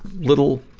little,